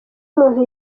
umuntu